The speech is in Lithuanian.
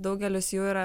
daugelis jų yra